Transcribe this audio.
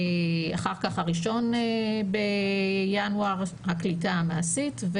אחר כך ה-1 בינואר הקליטה המעשית,